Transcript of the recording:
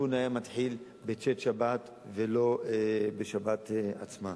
התיקון היה מתחיל בצאת שבת ולא בשבת עצמה.